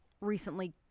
recently